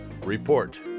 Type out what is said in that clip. Report